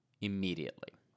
immediately